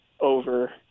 over